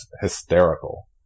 hysterical